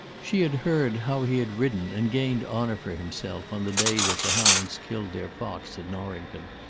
she had heard how he had ridden and gained honour for himself on the day that the hounds killed their fox at norrington,